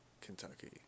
Kentucky